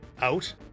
out